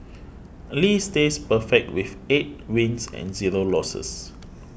Lee stays perfect with eight wins and zero losses